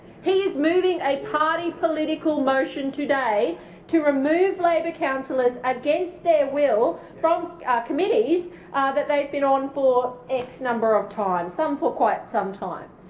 he is moving a party political motion today to remove labour councillors against their will from committees that they've been on for x number of times, some for quite some time.